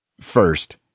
First